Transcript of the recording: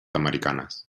americanes